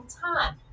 time